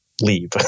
leave